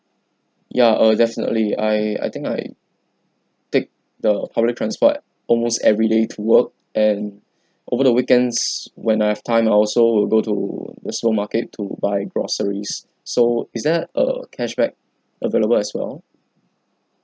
ya uh definitely I I think I take the public transport almost everyday to work and over the weekends when I have time I also will go to the supermarket to buy groceries so is there a cashback available as well